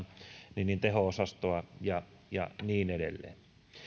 teho osastoa ja ja niin edelleen